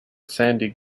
sandy